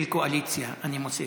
של קואליציה, אני מוסיף.